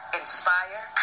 inspire